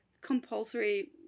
compulsory